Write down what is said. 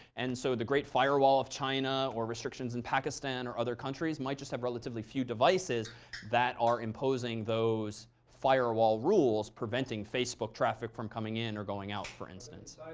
and so the great firewall of china or restrictions in pakistan or other countries might just have relatively few devices that are imposing those firewall rules, preventing facebook traffic from coming in or going out, for instance.